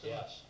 Yes